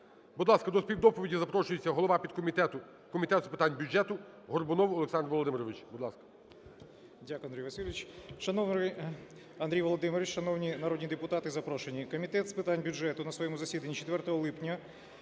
Будь ласка, до співдоповіді запрошується голова підкомітету Комітету з питань бюджету Горбунов Олександр Володимирович,